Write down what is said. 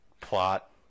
plot